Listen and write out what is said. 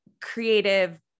creative